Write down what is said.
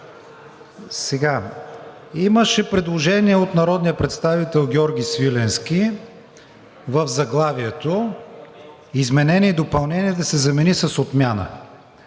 прието. Имаше предложение от народния представител Георги Свиленски в заглавието „изменение и допълнение“ да се замени с „отмяна“.